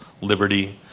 liberty